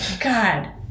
God